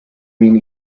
mean